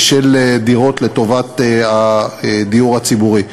של דירות לטובת הדיור הציבורי.